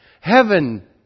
heaven